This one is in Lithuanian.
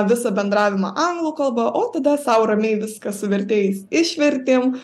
visą bendravimą anglų kalba o tada sau ramiai viską su vertėjais išvertėm